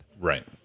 right